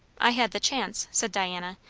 i had the chance, said diana,